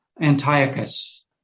Antiochus